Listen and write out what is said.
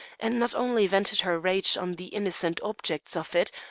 and not only vented her rage on the innocent objects of it,